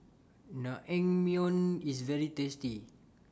Naengmyeon IS very tasty